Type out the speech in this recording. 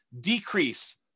decrease